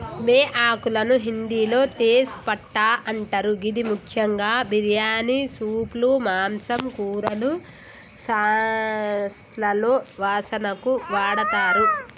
బేఆకులను హిందిలో తేజ్ పట్టా అంటరు గిది ముఖ్యంగా బిర్యానీ, సూప్లు, మాంసం, కూరలు, సాస్లలో వాసనకు వాడతరు